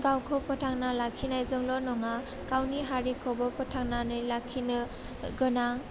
गावखौ फोथांना लाखिनायल' नङा गावनि हारिखौबो फोथांनानै लाखिनो गोनां